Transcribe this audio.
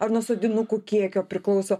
ar nuo sodinukų kiekio priklauso